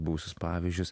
buvusius pavyzdžius